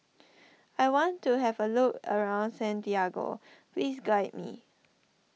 I want to have a look around Santiago please guide me